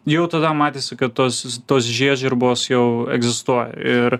jau tada matėsi kad tos tos žiežirbos jau egzistuoja ir